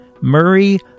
Murray